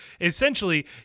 essentially